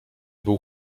był